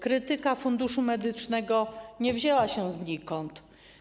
Krytyka Funduszu Medycznego nie wzięła się znikąd.